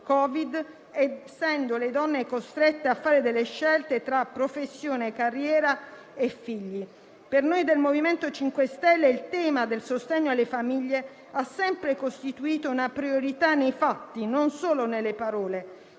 Covid, essendo le donne costrette a fare delle scelte tra professione, carriera e figli. Per noi del MoVimento 5 Stelle il tema del sostegno alle famiglie ha sempre costituito una priorità nei fatti e non solo nelle parole,